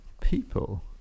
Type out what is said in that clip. people